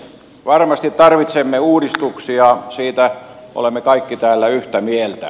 varmasti tarvitsemme uudistuksia siitä olemme kaikki täällä yhtä mieltä